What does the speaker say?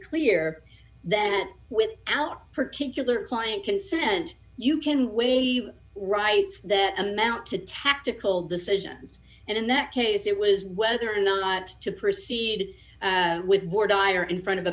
clear that with out particular client consent you can waive rights that amount to tactical decisions and in that case it was whether or not to proceed with more dire in front of a